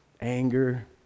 anger